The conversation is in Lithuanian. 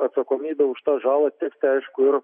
atsakomybė už tą žalą tekti aišku ir